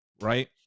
right